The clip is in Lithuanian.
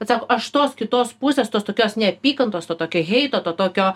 sako aš tos kitos pusės tos tokios neapykantos to tokio heito to tokio